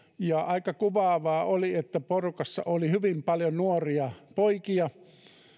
ja aika kuvaavaa oli että porukassa oli hyvin paljon nuoria poikia